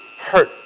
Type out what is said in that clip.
hurt